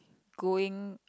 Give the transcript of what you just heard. going